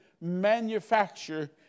manufacture